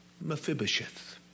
Mephibosheth